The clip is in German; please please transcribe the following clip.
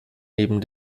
neben